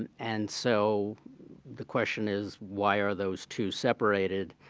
and and so the question is, why are those two separated?